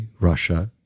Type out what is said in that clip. Russia